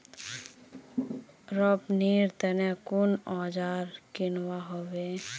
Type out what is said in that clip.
रोपनीर तने कुन औजार किनवा हबे